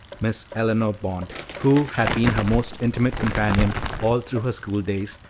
miss eleanor bond, who had been her most intimate companion all through her school-days,